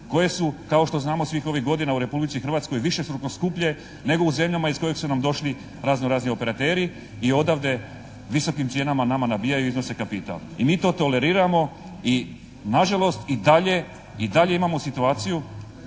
koje su kao što znamo svih ovih godina u Republici Hrvatskoj višestruko skuplje nego u zemljama iz kojih su nam došli razno-razni operateri i odavde visokim cijenama nama nabijaju i iznose kapital. I mi to toleriramo i nažalost i dalje imamo situaciju